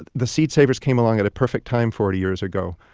the seed savers came along at a perfect time forty years ago.